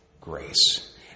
grace